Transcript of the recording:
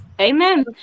Amen